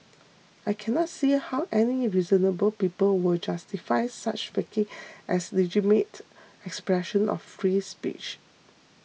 I cannot see how any reasonable people will justify such faking as legitimate expression of free speech